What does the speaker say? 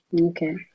okay